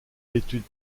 l’étude